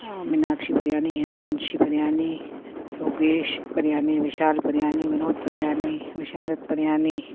मिनाक्षी पिरयानी हेमांशी पिरयानी योगेश पिरयानी विशाल पिरयानी विनोद पिरयानी मिशनदत पिरयानी